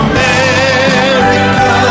America